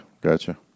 Gotcha